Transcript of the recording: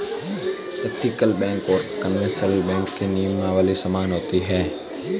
ethical bank और conventional bank की नियमावली समान होती है